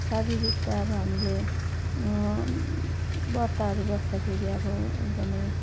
शारीरिक त अब हामीले ब्रतहरू बस्दाखेरि अब एकदमै